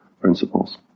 principles